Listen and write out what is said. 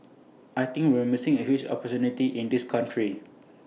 I think we're missing A huge opportunity in this country